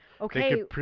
okay